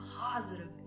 positive